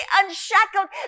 unshackled